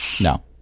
No